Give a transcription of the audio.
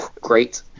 great